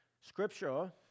scripture